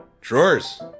Drawers